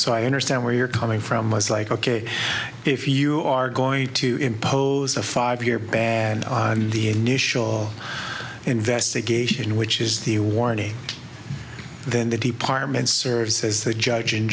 so i understand where you're coming from was like ok if you are going to impose a five year ban on the initial investigation which is the warning then the department serves as the judge and